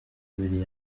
abiri